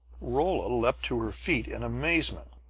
rolla leaped to her feet in amazement,